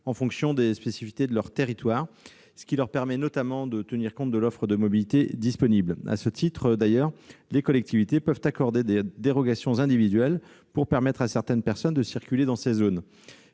ces ZFE aux spécificités de leur territoire, ce qui leur permet notamment de tenir compte de l'offre de mobilité disponible. À ce titre, d'ailleurs, les collectivités peuvent accorder des dérogations individuelles pour permettre à certaines personnes de circuler dans ces zones.